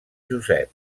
josep